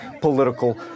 political